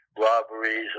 robberies